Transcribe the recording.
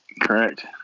Correct